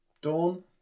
dawn